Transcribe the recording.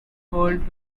world